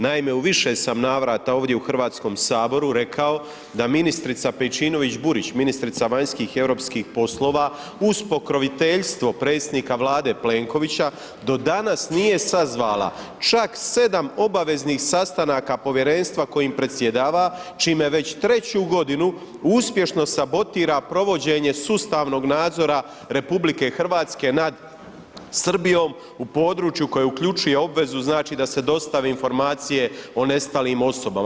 Naime, u više sam navrata ovdje u Hrvatskom saboru rekao da ministrica Pejčinović Burić, ministrica vanjskih i europskih poslova, uz pokroviteljstvo predsjednika vlade Plenkovića, do danas nije sazvala čak 7 obaveznih sastanaka povjerenstva kojim predsjedava, čime već 3 godinu uspješno sabotira provođenje sustavnog nadzor RH, nad Srbijom u području koja uključuje obvezu, znači da se dostavi informacije o nestalim osobama.